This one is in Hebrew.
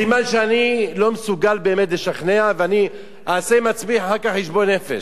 סימן שאני לא מסוגל באמת לשכנע ואני אעשה עם עצמי אחר כך חשבון נפש.